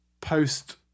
post